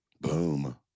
Boom